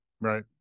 Right